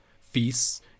feasts